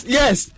yes